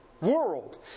world